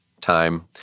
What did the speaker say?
time